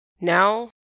Now